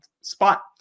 spot